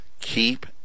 Keep